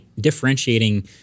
differentiating